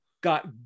got